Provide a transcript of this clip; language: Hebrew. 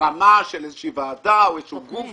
וברמה של איזושהי ועדה או איזשהו גוף